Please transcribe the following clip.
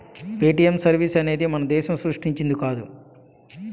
Paytm service అనేది మన దేశం సృష్టించింది కాదు